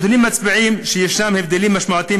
הנתונים מצביעים על כך שיש הבדלים משמעותיים